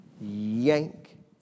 yank